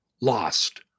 lost